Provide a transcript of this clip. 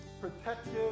protective